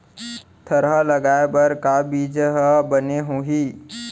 थरहा लगाए बर का बीज हा बने होही?